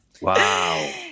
Wow